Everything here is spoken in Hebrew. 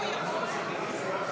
רצ"ה.